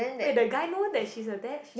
wait the guy know that she's attached